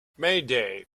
mayday